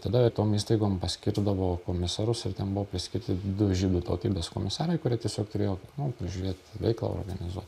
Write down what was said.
tada tom įstaigom paskirdavo komisarus ir ten buvo priskirti du žydų tautybės komisarai kurie tiesiog turėjo nu prižiūrėt veiklą organizuot